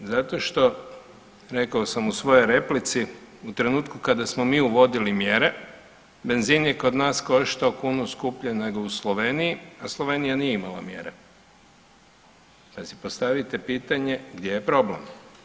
Zato što rekao sam u svojoj replici, u trenutku kada smo mi uvodili mjere benzin je kod nas koštao kunu skuplje nego u Sloveniji, a Slovenija nije imala mjere, pa si postavite pitanje gdje je problem?